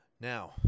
Now